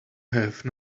have